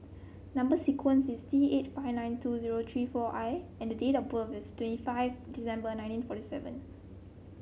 number sequence is T eight five nine two zero three four I and the date of birth is twenty five December nineteen forty seven